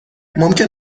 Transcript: ممکن